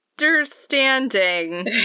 understanding